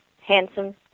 Handsome